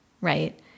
right